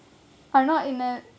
are not in a